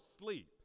sleep